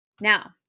Now